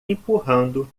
empurrando